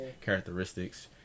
characteristics